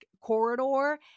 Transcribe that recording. corridor